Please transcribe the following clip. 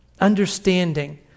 Understanding